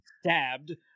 stabbed